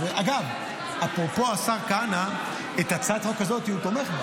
אגב, אפרופו מתן כהנא, בהצעת החוק הזאת הוא תומך.